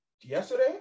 yesterday